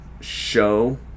show